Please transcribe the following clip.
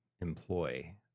employ